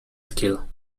skill